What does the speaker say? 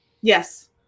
yes